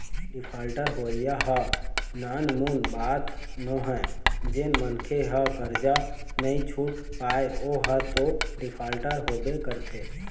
defaulter होवई ह नानमुन बात नोहय जेन मनखे ह करजा नइ छुट पाय ओहा तो डिफाल्टर होबे करथे